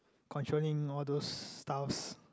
controlling all those staffs